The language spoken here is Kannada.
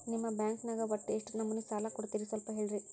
ನಿಮ್ಮ ಬ್ಯಾಂಕ್ ನ್ಯಾಗ ಒಟ್ಟ ಎಷ್ಟು ನಮೂನಿ ಸಾಲ ಕೊಡ್ತೇರಿ ಸ್ವಲ್ಪ ಹೇಳ್ರಿ